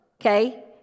Okay